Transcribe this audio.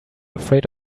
afraid